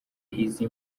izi